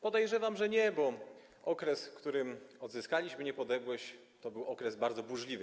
Podejrzewam, że nie, bo okres, w którym odzyskaliśmy niepodległość, to był okres bardzo burzliwy.